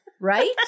right